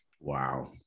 Wow